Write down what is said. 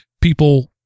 people